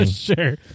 Sure